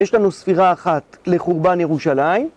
יש לנו ספירה אחת לחורבן ירושלים.